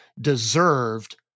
deserved